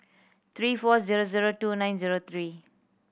three four zero zero two nine zero three